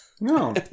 No